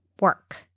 work